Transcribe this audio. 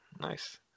Nice